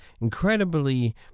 incredibly